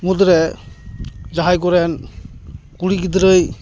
ᱢᱩᱫᱽ ᱨᱮ ᱡᱟᱦᱟᱸᱭ ᱠᱚᱨᱮᱱ ᱠᱩᱲᱤ ᱜᱤᱫᱽᱨᱟᱹᱭ